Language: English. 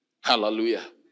Hallelujah